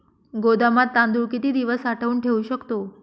गोदामात तांदूळ किती दिवस साठवून ठेवू शकतो?